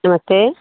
नमस्ते